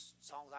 songs